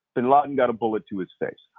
bin laden got a bullet to his face.